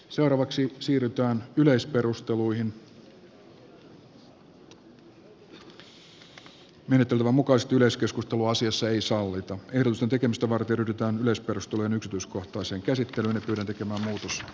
seuraavaksi siirrytään johdosta eduskunta toteaa että hallitus ei saa uhata erosen tekemistä varten ryhdytään myös perustuvan yksityiskohtaisen käsittelyn ylläpitämä muutos